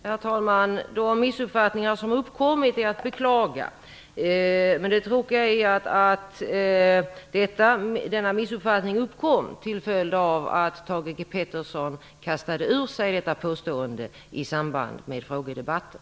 Herr talman! De missuppfattningar som uppkommit är att beklaga. Men det tråkiga är att missuppfattningarna uppkom till följd av att Thage G Peterson kastade ur sig detta påstående i samband med frågedebatten.